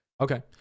Okay